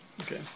Okay